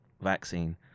vaccine